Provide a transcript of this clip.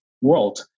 world